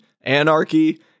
anarchy